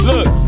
Look